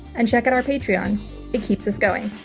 and check at our patreon it keeps us going.